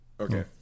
Okay